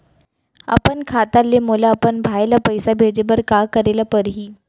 अपन खाता ले मोला अपन भाई ल पइसा भेजे बर का करे ल परही?